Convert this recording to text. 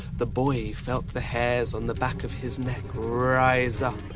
the boy felt the hairs on the back of his neck rise up,